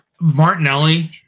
Martinelli